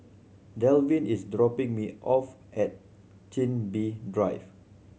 Dalvin is dropping me off at Chin Bee Drive